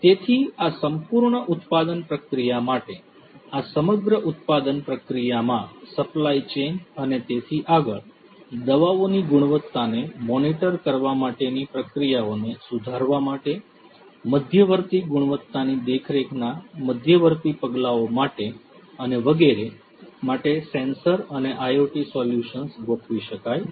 તેથી આ સંપૂર્ણ ઉત્પાદન પ્રક્રિયા માટે આ સમગ્ર ઉત્પાદન પ્રક્રિયામાં સપ્લાય ચેઇન અને તેથી આગળ દવાઓની ગુણવત્તાને મોનિટર કરવા માટેની પ્રક્રિયાઓને સુધારવા માટે મધ્યવર્તી ગુણવત્તાની દેખરેખના મધ્યવર્તી પગલાંઓ માટે અને વગેરે માટે સેન્સર અને IoT સોલ્યુશન્સ ગોઠવી શકાય છે